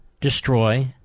destroy